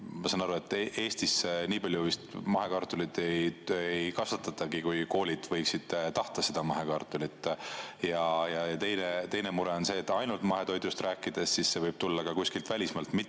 ma saan aru, Eestis nii palju vist mahekartulit ei kasvatatagi, et koolid võiksid tahta seda [hankida]. Ja teine mure on see, et kui ainult mahetoidust rääkida, siis see võib tulla ka kuskilt välismaalt, mitte